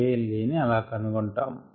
kLa ని అలా కనుగొంటాము